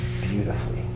beautifully